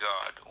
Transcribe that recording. God